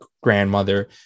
grandmother